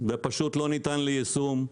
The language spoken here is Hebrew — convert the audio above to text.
זה פשוט לא ניתן ליישום.